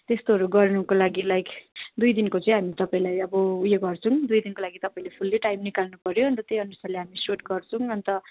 त्यस्तोहरू गर्नुको लागि लाइक दुई दिनको चाहिँ हामी तपाईँलाई अब उयो गर्छौँ दुई दिनको लागि तपाईँले फुल्ली टाइम निकाल्नुपऱ्यो अन्त त्यही अनुसारले हामी सुट गर्छौँ अन्त